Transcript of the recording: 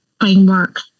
framework